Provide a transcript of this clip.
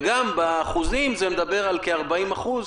בנוסף,